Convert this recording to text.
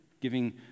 giving